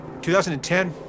2010